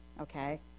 okay